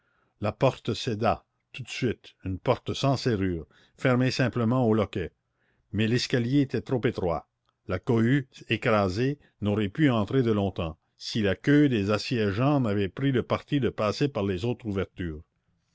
la porte céda tout de suite une porte sans serrure fermée simplement au loquet mais l'escalier était trop étroit la cohue écrasée n'aurait pu entrer de longtemps si la queue des assiégeants n'avait pris le parti de passer par les autres ouvertures